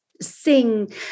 sing